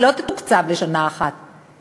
היא לא תתוקצב לשנה אחת,